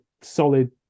solid